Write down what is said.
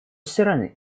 стороны